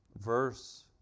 verse